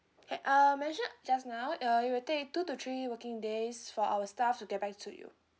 K I mentioned just now uh it will take two to three working days for our staff to get back to you